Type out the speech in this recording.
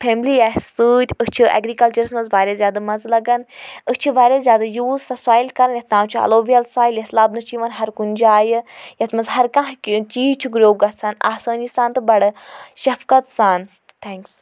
family آسہِ سۭتۍ أسۍ چھِ ایٚگرِکَلچَرَس مَنٛز واریاہ زیادٕ مَزٕ لگان أسۍ چھِ واریاہ زیادٕ یوٗز سۄ سۄیل کَران یتھ ناو چھُ الوویل سۄیل یۄس لبنہٕ چھِ یوان ہر کُنہ جایہِ یتھ مَنٛز ہر کانٛہہ چیٖز چھُ گرٛو گَژھان آسٲنی سان تہٕ بَڑٕ شَفقت سان تھینٛکٕس